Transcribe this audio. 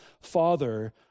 father